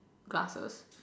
glasses